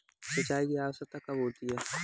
सिंचाई की आवश्यकता कब होती है?